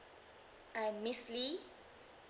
I'm miss lee